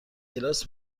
کلاس